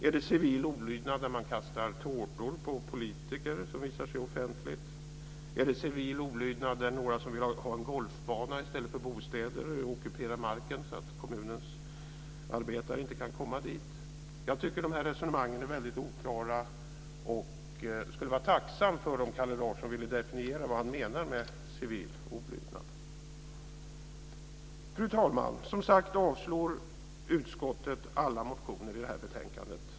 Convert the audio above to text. Är det civil olydnad när man kastar tårtor på politiker som visar sig offentligt? Är det civil olydnad när några som vill ha en golfbana i stället för bostäder ockuperar marken så att kommunens arbetare inte kan komma dit? Jag tycker att de här resonemangen är väldigt oklara och skulle vara tacksam om Kalle Larsson ville definiera vad han menar med civil olydnad. Fru talman! Utskottet avstyrker som sagt alla motioner i det här betänkandet.